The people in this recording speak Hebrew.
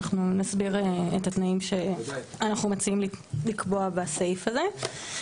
אנחנו נסביר את התנאים שאנחנו מציעים לקבוע בסעיף הזה.